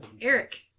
Eric